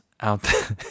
out